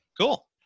Cool